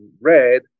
read